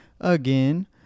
again